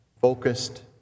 focused